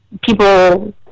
People